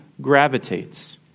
gravitates